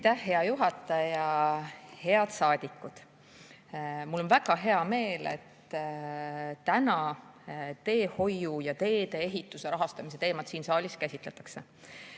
hea juhataja! Head saadikud! Mul on väga hea meel, et täna teehoiu ja tee-ehituse rahastamise teemat siin saalis käsitletakse. Järgmisel